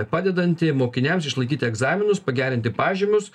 padedanti mokiniams išlaikyti egzaminus pagerinti pažymius